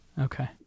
Okay